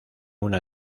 una